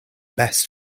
best